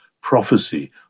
prophecy